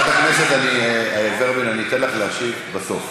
חברת הכנסת ורבין, אני אתן לך להשיב בסוף.